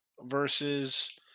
versus